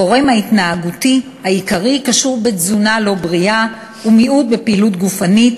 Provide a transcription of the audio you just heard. הגורם ההתנהגותי העיקרי קשור בתזונה לא בריאה ומיעוט פעילות גופנית,